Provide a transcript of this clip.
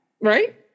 Right